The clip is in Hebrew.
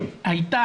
אתה רואה את הגרף.